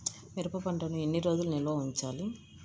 మిరప పంటను ఎన్ని రోజులు నిల్వ ఉంచాలి?